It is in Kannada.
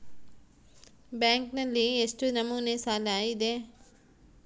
ಬ್ಯಾಂಕಿನಲ್ಲಿ ಎಷ್ಟು ನಮೂನೆ ಸಾಲ ಇದೆ?